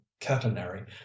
catenary